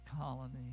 colony